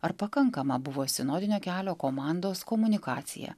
ar pakankama buvo sinodinio kelio komandos komunikacija